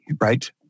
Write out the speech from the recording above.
right